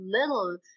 little